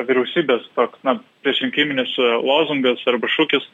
vyriausybės toks na priešrinkiminis lozungas arba šūkis